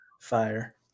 fire